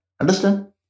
Understand